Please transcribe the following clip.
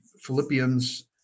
Philippians